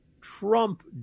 Trump